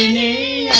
a